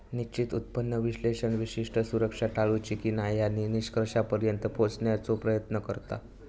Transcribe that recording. निश्चित उत्पन्न विश्लेषक विशिष्ट सुरक्षा टाळूची की न्हाय या निष्कर्षापर्यंत पोहोचण्याचो प्रयत्न करता